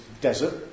desert